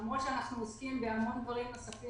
למרות שאנחנו עוסקים בהמון דברים נוספים